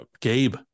Gabe